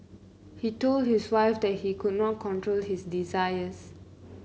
he told his wife that he could not control his desires